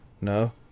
no